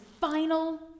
final